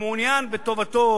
שמעוניין בטובתו